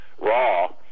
raw